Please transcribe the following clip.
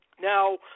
Now